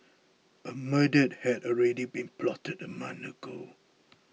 a murder had already been plotted a month ago